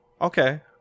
okay